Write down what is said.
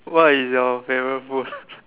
what is your favourite food